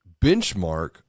benchmark